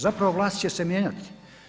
Zapravo vlast će se mijenjati.